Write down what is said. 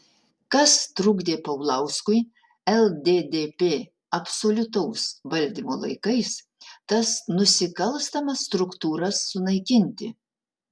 kas trukdė paulauskui lddp absoliutaus valdymo laikais tas nusikalstamas struktūras sunaikinti